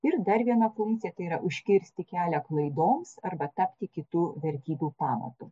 ir dar viena funkcija tai yra užkirsti kelią klaidoms arba tapti kitų vertybių pamatu